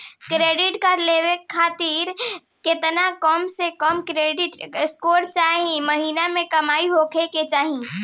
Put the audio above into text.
Credit card लेवे खातिर केतना कम से कम क्रेडिट स्कोर चाहे महीना के कमाई होए के चाही?